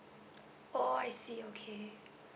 oh I see okay